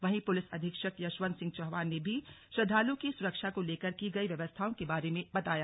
वहीं पुलिस अधीक्षक यशवंत सिंह चौहान ने भी श्रद्धालुओं की सुरक्षा को लेकर की गई व्यवस्थाओं के बारे में बताया